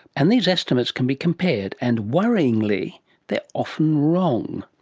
and these estimates can be compared, and worryingly they are often wrong.